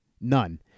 None